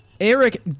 Eric